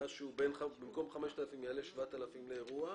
במקום 5,000 שקל יעלה 7,000 שקל לאירוע.